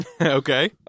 okay